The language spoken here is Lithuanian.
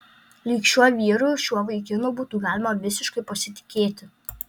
lyg šiuo vyru šiuo vaikinu būtų galima visiškai pasitikėti